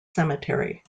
cemetery